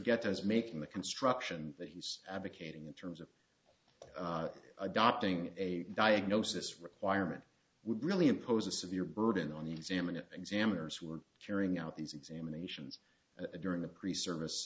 get as making the construction that he's advocating in terms of adopting a diagnosis requirement would really impose a severe burden on the exam and examiners who were carrying out these examinations during the pre service